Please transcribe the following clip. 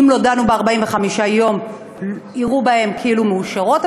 ואם לא דנו ב-45 יום, יראו בהן כאילו הן מאושרות.